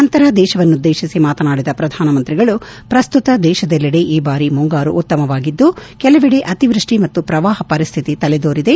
ನಂತರ ದೇಶವನ್ನುದ್ದೇಶಿಸಿ ಮಾತನಾಡಿದ ಪ್ರಧಾನ ಮಂತ್ರಿಗಳು ಪ್ರಸ್ತುತ ದೇಶದೆಲ್ಲೆಡೆ ಈ ಬಾರಿ ಮುಂಗಾರು ಉತ್ತಮವಾಗಿದ್ದು ಕೆಲವೆಡೆ ಅತಿವೃಷ್ಟಿ ಮತ್ತು ಪ್ರವಾಹ ಪರಿಸ್ಥಿತಿ ತಲೆದೋರಿದೆ